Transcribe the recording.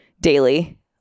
daily